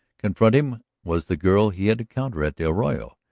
confronting him was the girl he had encountered at the arroyo.